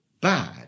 bad